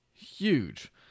huge